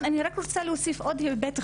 אני רק רוצה להוסיף עוד היבט אחד,